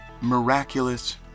miraculous